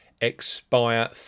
expire